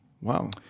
Wow